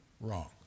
Wrong